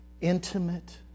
intimate